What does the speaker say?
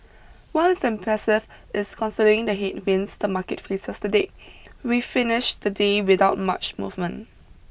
what is impressive is considering the headwinds the market faces today we finished the day without much movement